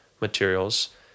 materials